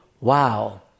wow